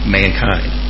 mankind